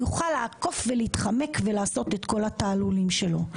יוכל לעקוף ולהתחמק ולעשות את כל התעלולים שלו.